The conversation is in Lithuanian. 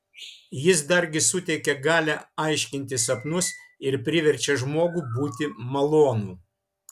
jis dargi suteikia galią aiškinti sapnus ir priverčia žmogų būti malonų